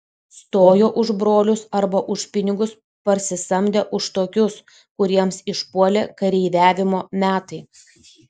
stojo už brolius arba už pinigus parsisamdę už tokius kuriems išpuolė kareiviavimo metai